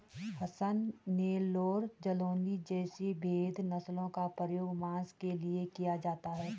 हसन, नेल्लौर, जालौनी जैसी भेद नस्लों का प्रयोग मांस के लिए किया जाता है